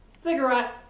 Cigarette